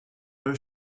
her